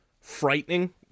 frightening